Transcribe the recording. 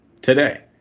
today